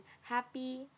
happy